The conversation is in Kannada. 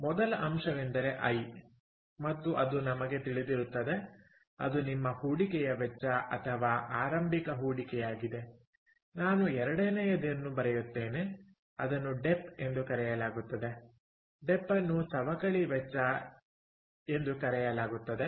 ಮೊದಲ ಅಂಶವೆಂದರೆ ಐ ಮತ್ತು ಅದು ನಮಗೆ ತಿಳಿದಿರುತ್ತದೆ ಅದು ನಿಮ್ಮ ಹೂಡಿಕೆಯ ವೆಚ್ಚ ಅಥವಾ ಆರಂಭಿಕ ಹೂಡಿಕೆಯಾಗಿದೆ ನಾನು ಎರಡನೆಯದನ್ನು ಬರೆಯುತ್ತೇನೆ ಅದನ್ನು ಡೆಪ್ ಎಂದು ಕರೆಯಲಾಗುತ್ತದೆ ಡೆಪ್ ಅನ್ನು ಸವಕಳಿ ವೆಚ್ಚ ಎಂದು ಕರೆಯಲಾಗುತ್ತದೆ